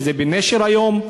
שזה בנשר היום.